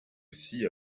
see